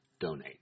donate